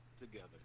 together